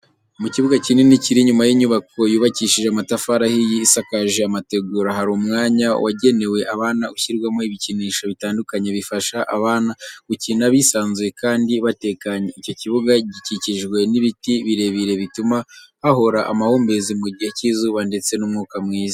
Mu kibuga kinini kiri inyuma y'inyubako yubakishije amatafari ahiye isakaje amategura, hari umwanya wagenewe abana ushyirwamo ibikinisho bitandukanye bifasha abana gukina bisanzuye kandi batekanye, icyo kibuga gikikijwe n'ibiti birebire bituma hahora amahumbezi mu gihe cy'izuba ndetse n'umwuka mwiza.